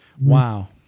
Wow